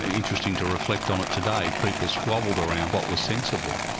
interesting to reflect on it today, people squabbled around what was sensible,